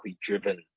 driven